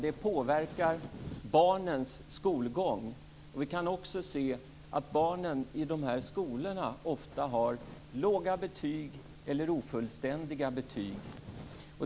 Det påverkar barnens skolgång. Vi kan också se att barnen i dessa skolor ofta har låga eller ofullständiga betyg.